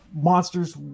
Monsters